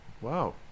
wow